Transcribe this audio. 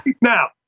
Now